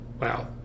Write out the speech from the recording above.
Wow